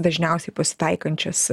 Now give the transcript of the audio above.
dažniausiai pasitaikančias